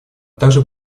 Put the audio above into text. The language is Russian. также